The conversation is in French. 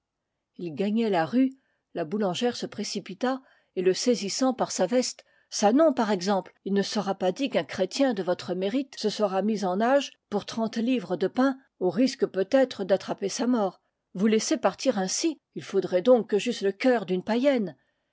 il gagnait la rue la boulangère se précipita et le saisis sant par sa veste ça non par exemple il ne sera pas dit qu'un chré tien de votre mérite se sera mis en nage pour trente livres de pain au risque peut-être d'attraper sa mort vous lais ser partir ainsi il faudrait donc que j'eusse le cœur d'une païenne